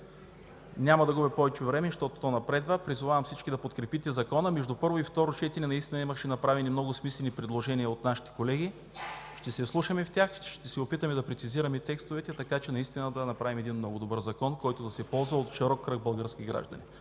Няма да губя повече време, защото то напредва. Предполагам всички да подкрепите закона. Между първо и второ четене наистина имаше направени много смислени предложения от нашите колеги. Ще се вслушаме в тях, ще се опитаме да прецизираме текстовете, така че наистина да направим един много добър закон, който да се ползва от широк кръг български граждани.